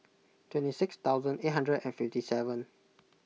twenty six thousand eight hundred fifty seven